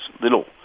little